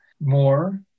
more